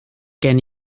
gen